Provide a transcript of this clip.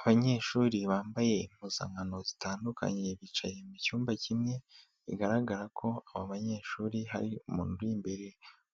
Abanyeshuri bambaye impuzankano zitandukanye bicaye mu cyumba kimwe bigaragara ko aba banyeshuri hari umuntu uri imbere